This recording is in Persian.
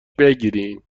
بگیرین